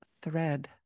thread